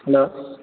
hello